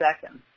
seconds